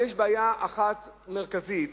יש בעיה אחת מרכזית,